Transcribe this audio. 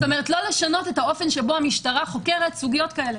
לא לשנות את האופן שבו המשטרה חוקרת סוגיות כאלה.